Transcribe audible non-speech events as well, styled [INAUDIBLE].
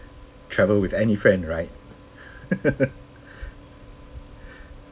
travel with any friend right [LAUGHS]